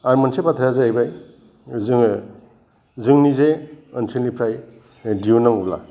आरो मोनसे बाथ्राया जाहैबाय जोङो जोंनि जे ओनसोलनिफ्राय दिहुनांगौब्ला